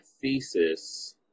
thesis